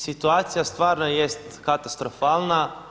Situacija stvarno jest katastrofalna.